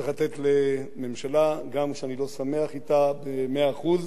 צריך לתת לממשלה, גם כשאני לא שמח אתה במאה אחוז,